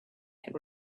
had